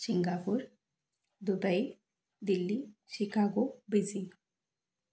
Singapore Dubai Delhi Chicago Beijing